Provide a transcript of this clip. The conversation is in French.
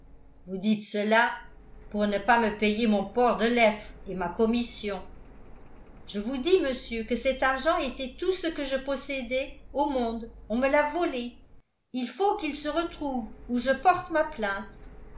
vous dites cela pour ne pas me payer mon port de lettre et ma commission je vous dis monsieur que cet argent étant tout ce que je possédais au monde on me l'a volé il faut qu'il se retrouve ou je porte ma plainte